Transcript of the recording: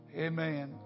Amen